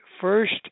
first